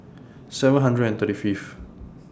seven hundred and thirty Fifth